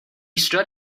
stood